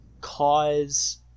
cause